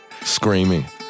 Screaming